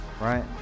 Right